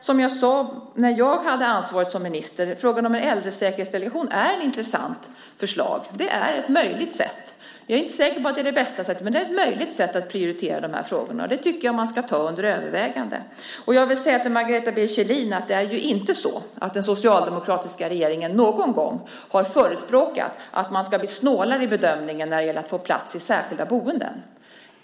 Som jag sade när jag hade ansvaret som minister tycker jag att förslaget om en äldresäkerhetsdelegation är ett intressant förslag. Jag är inte säker på att det är det bästa sättet, men det är ett möjligt sätt att prioritera de här frågorna. Detta tycker jag att man ska ta under övervägande. Jag vill säga till Margareta B Kjellin att det inte är så att den socialdemokratiska regeringen någon gång har förespråkat en snålare bedömning när det gäller att erbjuda plats i särskilda boenden.